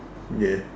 ya